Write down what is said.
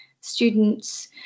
students